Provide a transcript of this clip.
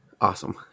Awesome